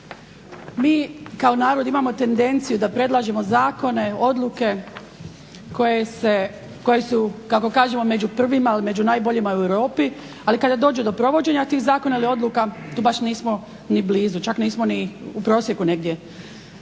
mi kao narod imamo tendenciju da predlažemo zakone, odluke koje su kako kažemo među prvima ili među najboljima u Europi, ali kada dođe do provođenja tih zakona ili odluka tu baš nismo ni blizu, čak nismo ni u prosjeku negdje